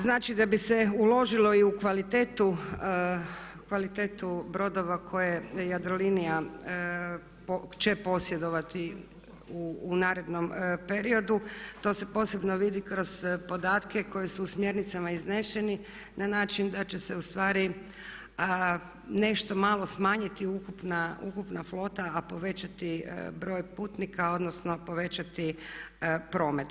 Znači da bi se uložilo i u kvalitetu brodova koje Jadrolinija će posjedovati u narednom periodu to se posebno vidi kroz podatke koji su u smjernicama izneseni na način da će se u stvari nešto malo smanjiti ukupna flota a povećati broj putnika, odnosno povećati promet.